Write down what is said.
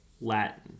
Latin